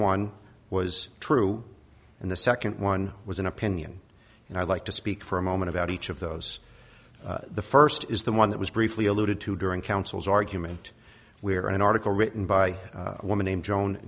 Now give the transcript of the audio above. one was true and the second one was an opinion and i'd like to speak for a moment about each of those the first is the one that was briefly alluded to during counsel's argument we are in an article written by a woman named joan